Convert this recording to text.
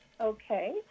Okay